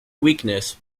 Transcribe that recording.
weakness